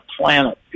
planet